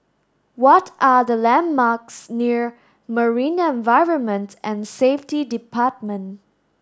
what are the landmarks near Marine Environment and Safety Department